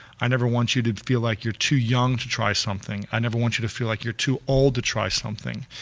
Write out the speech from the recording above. i never want you to feel like you're too young to try something, i never want you to feel like you're too old to try something.